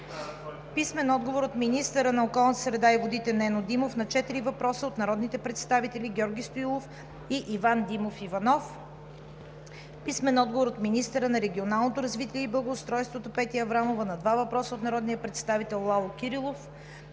Найденова; - от министъра на околната среда и водите Нено Димов на четири въпроса от народните представители Георги Стоилов и Иван Димов Иванов; - от министъра на регионалното развитие и благоустройството Петя Аврамова на 2 въпроса от народния представител Лало Кирилов;